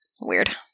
weird